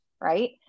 right